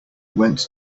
went